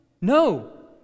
No